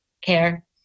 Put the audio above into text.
care